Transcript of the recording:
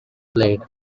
played